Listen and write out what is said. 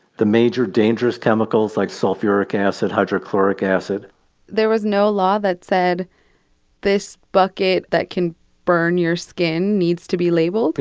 the major dangerous chemicals like sulfuric acid, hydrochloric acid there was no law that said this bucket that can burn your skin needs to be labeled?